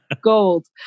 gold